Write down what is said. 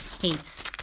hates